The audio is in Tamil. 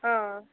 ஆ ஆ